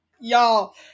Y'all